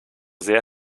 sehr